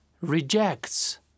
rejects